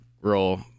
role